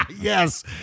Yes